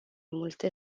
multe